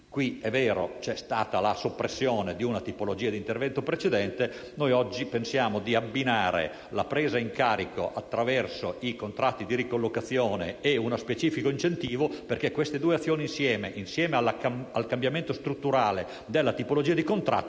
È vero che c'è stata la soppressione di una tipologia di intervento precedente, ma oggi pensiamo di abbinare la presa in carico attraverso i contratti di ricollocazione ed uno specifico incentivo, perché la somma di queste due azioni e il cambiamento strutturale della tipologia di contratto